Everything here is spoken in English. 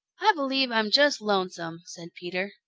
i believe i'm just lonesome, said peter.